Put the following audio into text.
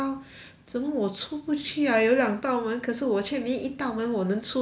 怎么我出不去 ah 有两道门可是我却没一道门我能出的去 eh